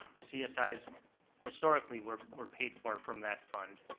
the csi's historically were were paid for from that fund.